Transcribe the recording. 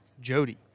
Jody